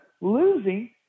losing